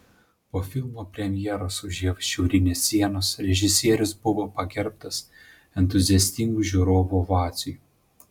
po filmo premjeros už jav šiaurinės sienos režisierius buvo pagerbtas entuziastingų žiūrovų ovacijų